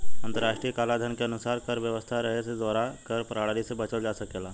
अंतर्राष्ट्रीय कलाधन के अनुसार कर व्यवस्था रहे से दोहरा कर प्रणाली से बचल जा सकेला